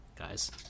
guys